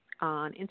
On